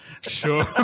Sure